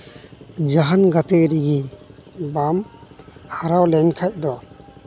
ᱡᱟᱦᱟᱱ ᱜᱟᱛᱮ ᱨᱮᱜᱮ ᱵᱟᱢ ᱦᱟᱨᱟᱣ ᱞᱮᱱᱠᱷᱟᱱ ᱫᱚ